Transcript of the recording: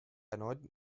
erneuten